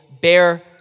bear